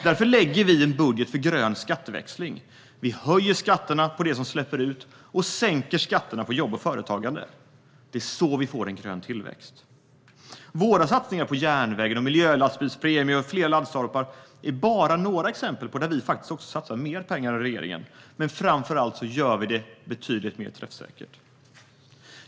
Därför lägger vi fram en budget för grön skatteväxling. Vi höjer skatterna på det som släpper ut och sänker skatterna på jobb och företagande. Det är så vi får till en grön tillväxt. Våra satsningar på järnvägen, på en miljölastbilspremie och på fler laddstolpar är bara några exempel på områden där vi satsar mer pengar än regeringen, och framför allt gör vi det betydligt mer träffsäkert.